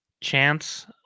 Chance